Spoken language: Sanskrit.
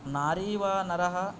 नारी वा नरः